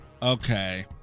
okay